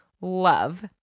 love